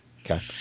Okay